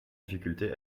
difficultés